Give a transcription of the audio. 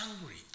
angry